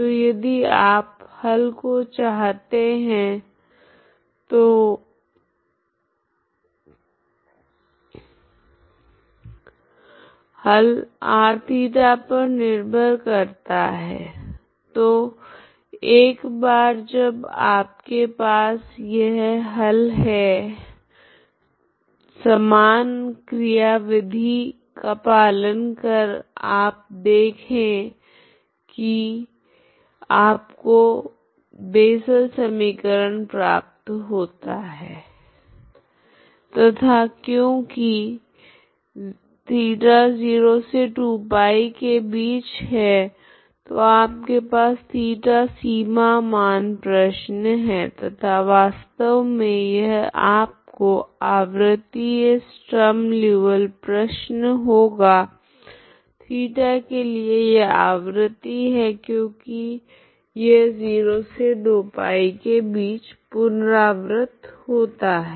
तो यदि आप हल को चाहते है हल r θ पर निर्भर करता है तो एक बार जब आपके पास यह हल है समान क्रियाविधि का पालन करे आप देखे की आपको बेसल समीकरण प्राप्त होता है तथा क्योकि 0 θ2 π तो आपके पास θ सीमा मान प्रश्न है तथा वास्तव मे यह आपको आवृतीय स्ट्रीम लीऔविल्ले प्रश्न होगा θ के लिए यह आवृति है क्योकि यह 0 2 π के बीच पुनरावृत होता है